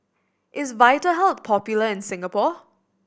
is Vitahealth popular in Singapore